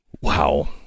Wow